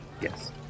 Yes